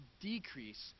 decrease